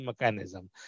mechanism